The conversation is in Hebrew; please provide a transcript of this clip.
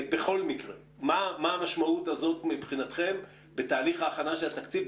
בכל מקרה מה המשמעות של זה מבחינת תהליך הכנת התקציב?